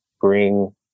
bring